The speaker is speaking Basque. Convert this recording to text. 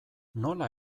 nola